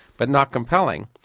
but not compelling.